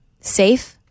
safe